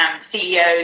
CEOs